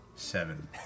Seven